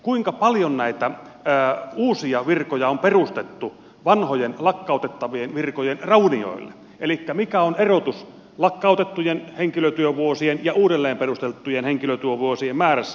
kuinka paljon näitä uusia virkoja on perustettu vanhojen lakkautettavien virkojen raunioille elikkä mikä on erotus lakkautettujen henkilötyövuosien ja uudelleen perustettujen henkilötyövuosien määrässä